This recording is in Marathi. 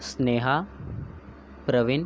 स्नेहा प्रवीण